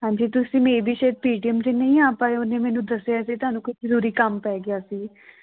ਹਾਂਜੀ ਤੁਸੀਂ maybe ਸ਼ਾਇਦ ਪੀ ਟੀ ਐੱਮ 'ਚ ਨਹੀਂ ਆ ਪਾਏ ਉਹਨੇ ਮੈਨੂੰ ਦੱਸਿਆ ਸੀ ਤੁਹਾਨੂੰ ਕੋਈ ਜ਼ਰੂਰੀ ਕੰਮ ਪੈ ਗਿਆ ਸੀ